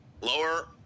lower